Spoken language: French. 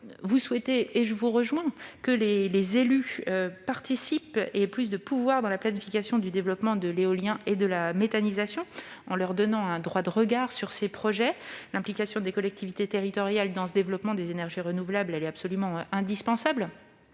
Vous souhaitez, et je vous rejoins en cela, que les élus participent, avec plus de pouvoir, à la planification du développement de l'éolien et de la méthanisation, en ayant un droit de regard sur ces projets. L'implication des collectivités territoriales dans le développement des énergies renouvelables est absolument indispensable